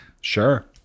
Sure